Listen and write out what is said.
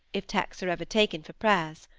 if texts are ever taken for prayers,